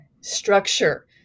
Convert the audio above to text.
structure